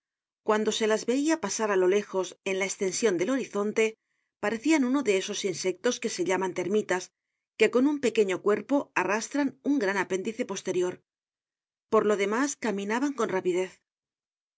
cuando se las veia pasar á lo lejos en la estension del horizonte parecian uno de esos insectos que se llaman termitas que con un pequeño cuerpo arrastran un gran apéndice posterior por lo demás caminaban con rapidez el